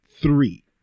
three